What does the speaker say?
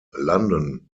london